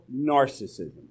narcissism